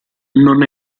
non